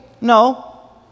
No